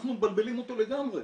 אנחנו מבלבלים אותו לגמרי.